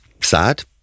sad